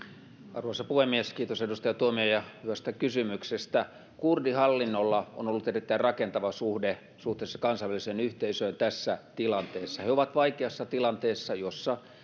arvoisa puhemies kiitos edustaja tuomioja hyvästä kysymyksestä kurdihallinnolla on ollut erittäin rakentava suhde suhteessa kansainväliseen yhteisöön tässä tilanteessa he ovat vaikeassa tilanteessa jossa